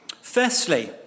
Firstly